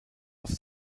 off